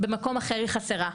במקום אחר היא חסרה.